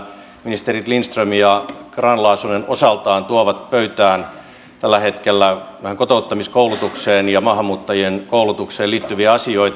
ministerit lindström ja grahn laasonen osaltaan tuovat pöytään tällä hetkellä näihin kotouttamiskoulutukseen ja maahanmuuttajien koulutukseen liittyviä asioita